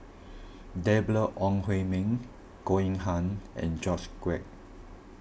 Deborah Ong Hui Min Goh Eng Han and George Quek